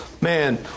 Man